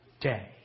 day